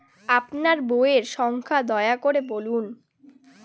আপনার বইয়ের সংখ্যা দয়া করে বলুন?